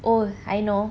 oh I know